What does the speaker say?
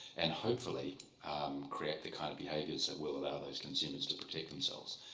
and hopefully create the kind of behaviours that will allow those consumers to protect themselves.